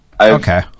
Okay